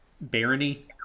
barony